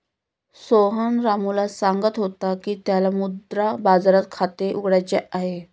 सोहन रामूला सांगत होता की त्याला मुद्रा बाजारात खाते उघडायचे आहे